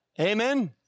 Amen